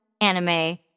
anime